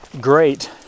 great